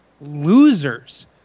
losers